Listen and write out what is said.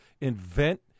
invent